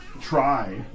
try